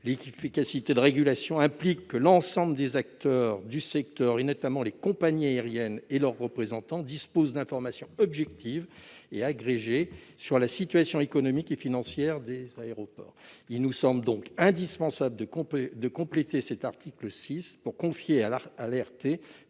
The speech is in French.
L'efficacité de la régulation implique que tous les acteurs, notamment les compagnies aériennes et leurs représentants, disposent d'informations objectives et agrégées sur la situation économique et financière des aéroports. Il nous semble donc indispensable de compléter cet article 6 pour confier à l'ART,